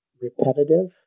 repetitive